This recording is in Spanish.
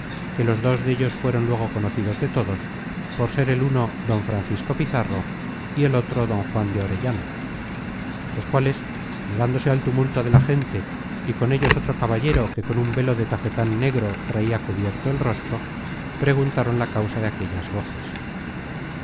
que los dos dellos fueron luego conocidos de todos por ser el uno don francisco pizarro y el otro don juan de orellana los cuales llegándose al tumulto de la gente y con ellos otro caballero que con un velo de tafetan negro traia cubierto el rostro preguntaron la causa de aquellas voces